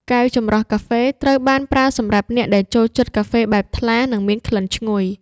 កែវចម្រោះកាហ្វេ ត្រូវបានប្រើសម្រាប់អ្នកដែលចូលចិត្តកាហ្វេបែបថ្លា និងមានក្លិនឈ្ងុយ។